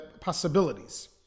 possibilities